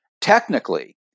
Technically